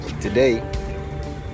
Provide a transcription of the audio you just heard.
today